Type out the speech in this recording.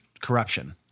corruption